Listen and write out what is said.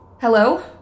Hello